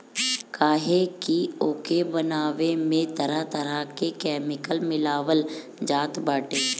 काहे की ओके बनावे में तरह तरह के केमिकल मिलावल जात बाटे